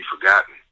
forgotten